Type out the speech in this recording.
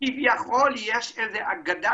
כביכול יש אגדה